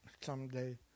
someday